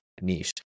niche